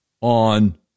on